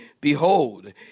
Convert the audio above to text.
behold